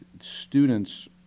students